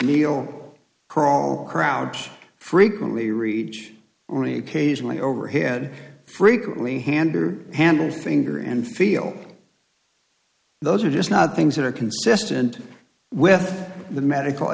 kneel crawl crowds frequently reach only occasionally overhead frequently handor handled finger and feel those are just not things that are consistent with the medical